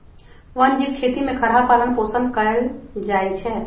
वन जीव खेती में खरहा पालन पोषण कएल जाइ छै